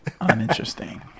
Uninteresting